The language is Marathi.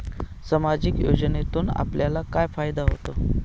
सामाजिक योजनेतून आपल्याला काय फायदा होतो?